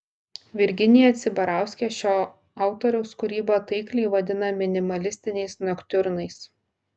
virginija cibarauskė šio autoriaus kūrybą taikliai vadina minimalistiniais noktiurnais